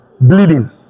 bleeding